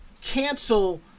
cancel